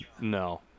no